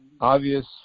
obvious